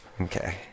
Okay